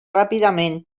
ràpidament